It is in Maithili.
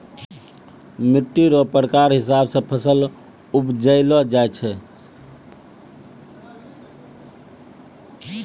मिट्टी रो प्रकार हिसाब से फसल उपजैलो जाय छै